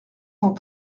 cent